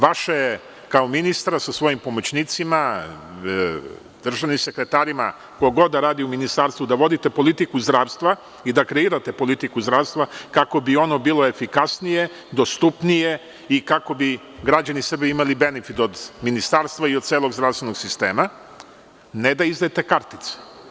Vaš je posao kao ministra, sa pomoćnicima, državnim sekretarima, ko god da radi u Ministarstvu, da vodite politiku zdravstva i da kreirate politiku zdravstva, kako bi ono bilo efikasnije, dostupnije i kako bi građani Srbije imali benefit od Ministarstva i od celog zdravstvenog sistema, ne da izdajete kartice.